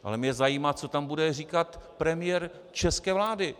Ale mě zajímá, co tam bude říkat premiér české vlády.